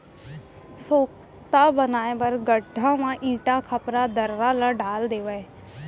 सोख्ता बनाए बर गड्ढ़ा म इटा, खपरा, दर्रा ल डाल देवय